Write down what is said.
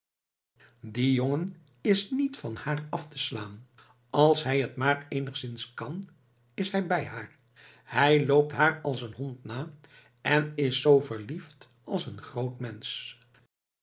die jongen is niet van haar af te slaan als hij t maar eenigszins kan is hij bij haar hij loopt haar als een hond na en is zoo verliefd als een groot mensch